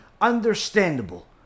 understandable